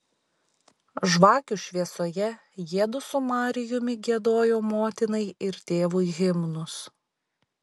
žvakių šviesoje jiedu su marijumi giedojo motinai ir tėvui himnus